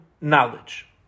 knowledge